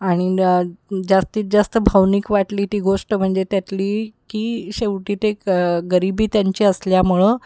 आणि जास्तीत जास्त भावनिक वाटली ती गोष्ट म्हणजे त्यातली की शेवटी ते गरिबी त्यांची असल्यामुळं